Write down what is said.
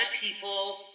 people